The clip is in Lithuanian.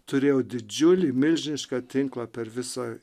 turėjo didžiulį milžinišką tinklą per visą